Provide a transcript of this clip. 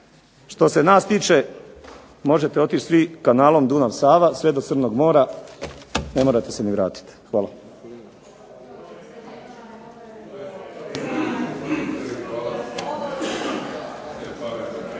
što se nas tiče možete otići svi kanalom Dunav-Sava sve do Crnog mora, ne morate se ni vratit. Hvala.